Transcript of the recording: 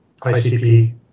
ICP